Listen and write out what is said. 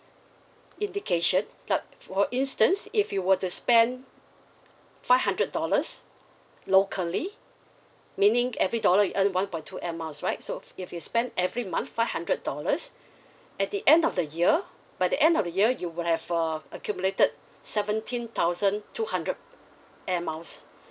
indication like~ for instance if you were to spend five hundred dollars locally meaning every dollar you earn one point two Air Miles right so if you spend every month five hundred dollars at the end of the year by the end of the year you will have err accumulated seventeen thousand two hundred Air Miles